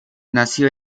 nació